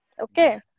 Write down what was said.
Okay